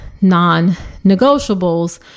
non-negotiables